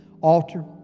altar